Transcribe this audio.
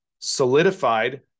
solidified